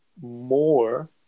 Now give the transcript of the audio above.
more